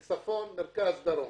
צפון, מרכז ודרום.